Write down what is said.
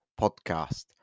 podcast